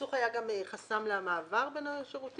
הסכסוך היה גם חסם למעבר בין השירותים?